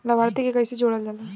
लभार्थी के कइसे जोड़ल जाला?